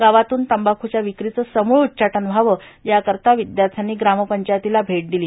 गावातून तंबाखुच्या विक्रीचं समूळ उच्चाटन व्हावं याकरता विद्यार्थ्यांनी ग्रामपंचायतीला भेट दिली